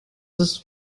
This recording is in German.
ist